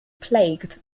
plagued